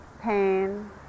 pain